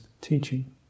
teaching